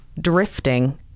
drifting